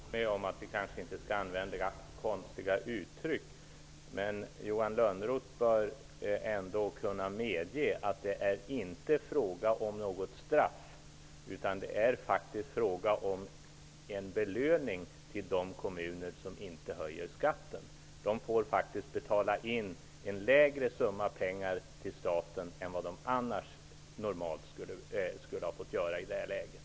Herr talman! Jag håller med om att vi kanske inte skall använda konstiga uttryck. Johan Lönnroth bör ändå kunna medge att det inte är fråga om något straff. Det är faktiskt fråga om en belöning till de kommuner som inte höjer skatten. De får betala in en lägre summa pengar till staten än vad de annars skulle ha fått göra.